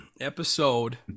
Episode